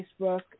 Facebook